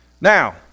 Now